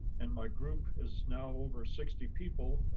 and my group is now over sixty people,